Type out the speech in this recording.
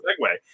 segue